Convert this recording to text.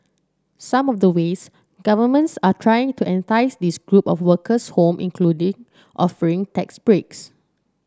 some of the ways governments are trying to entice this group of workers home include offering tax breaks